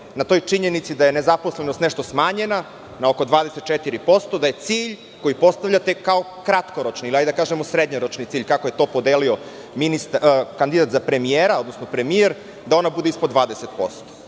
na toj činjenici da je nezaposlenost nešto smanjena na oko 24%, da je cilj koji postavljate kao kratkoročni, da kažemo srednjoročni cilj, kako je to podelio kandidat za premijera, odnosno premijer, da ono bude ispod 20%.